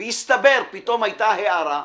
והסתבר, פתאום הייתה הארה,